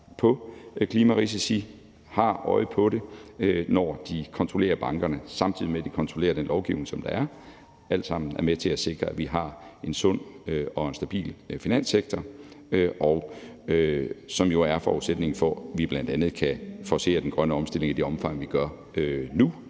på klimarisici og har øje på det, når de kontrollerer bankerne, samtidig med at de kontrollerer den lovgivning, der er. Alt sammen er med til at sikre, at vi har en sund og stabil finanssektor, som jo er forudsætningen for, at vi bl.a. kan forcere den grønne omstilling i det omfang, vi gør nu,